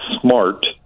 Smart